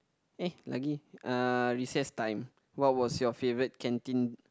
uh Lagi uh recess time what was your favourite canteen